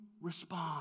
respond